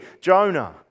Jonah